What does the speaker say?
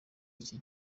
iki